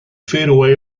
faroe